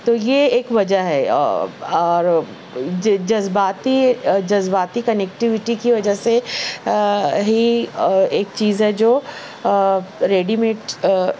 تو یہ ایک وجہ ہے اور جذ جذباتی جذباتی کنیکٹیوٹی کی وجہ سے ہی ایک چیز ہے جو ریڈیمیڈ